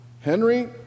Henry